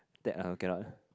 that uh cannot